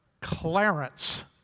Clarence